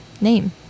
name